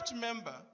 member